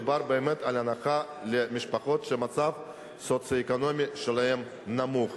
מדובר פה בהנחה למשפחות שהמצב הסוציו-אקונומי שלהן נמוך.